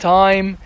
time